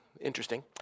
Interesting